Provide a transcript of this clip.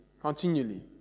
continually